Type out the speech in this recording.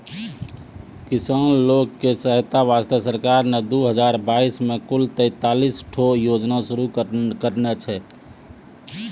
किसान लोग के सहायता वास्तॅ सरकार नॅ दू हजार बाइस मॅ कुल तेतालिस ठो योजना शुरू करने छै